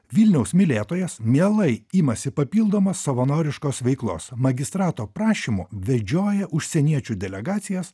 vilniaus mylėtojas mielai imasi papildomos savanoriškos veiklos magistrato prašymu vedžioja užsieniečių delegacijas